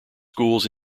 schools